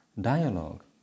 dialogue